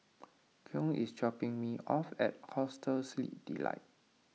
Cleon is dropping me off at Hostel Sleep Delight